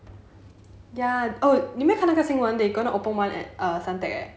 ya oh you 没有看那个新闻 they going to open one at suntec eh